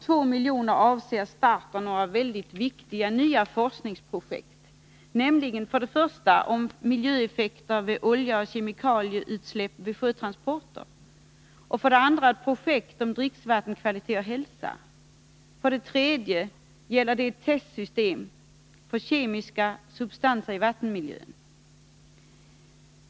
2 milj.kr. avser start av några mycket viktiga nya forskningsprojekt, nämligen 3. ett testsystem för kemiska substanser i vattenmiljön.